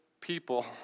people